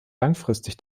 langfristig